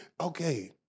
Okay